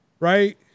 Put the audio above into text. Right